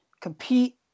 compete